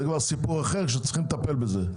זה סיפור אחר, שצריכים לטפל בזה.